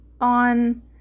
on